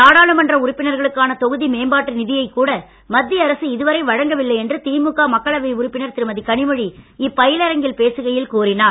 நாடாளுமன்ற உறுப்பினர்களுக்கான தொகுதி மேம்பாட்டு நிதியைக் கூட மத்திய அரசு இதுவரை வழங்கவில்லை என்று திமுக மக்களவை உறுப்பினர் திருமதி கனிமொழி இப்பயிலரங்கில் பேசுகையில் கூறினார்